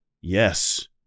Yes